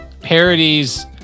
parodies